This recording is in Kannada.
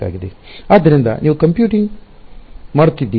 ಆದ್ದರಿಂದ ನೀವು ಕಂಪ್ಯೂಟಿಂಗ್ ಮಾಡುತ್ತಿದ್ದೀರಿ